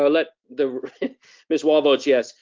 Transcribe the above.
ah let the miss wall votes yes.